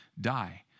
die